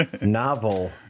novel